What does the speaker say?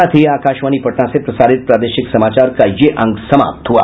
इसके साथ ही आकाशवाणी पटना से प्रसारित प्रादेशिक समाचार का ये अंक समाप्त हुआ